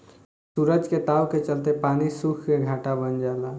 सूरज के ताव के चलते पानी सुख के घाटा बन जाला